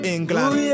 England